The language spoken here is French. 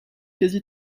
quasi